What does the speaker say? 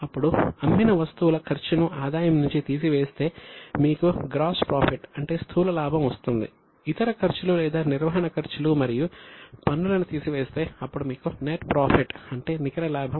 అప్పుడు అమ్మిన వస్తువుల ఖర్చును ఆదాయం నుంచి తీపి వేస్తే మీకు గ్రాస్ ప్రాఫిట్ అంటే నికర లాభం వస్తుంది